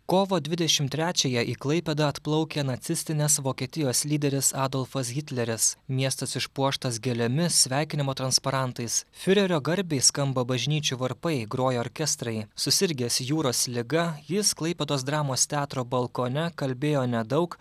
kovo dvidešimt trečiąją į klaipėdą atplaukia nacistinės vokietijos lyderis adolfas hitleris miestas išpuoštas gėlėmis sveikinimo transparantais fiurerio garbei skamba bažnyčių varpai groja orkestrai susirgęs jūros liga jis klaipėdos dramos teatro balkone kalbėjo nedaug